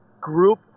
group